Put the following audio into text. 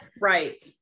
right